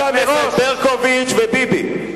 הכנסת ברקוביץ וביבי.